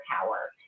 power